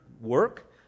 work